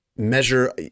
measure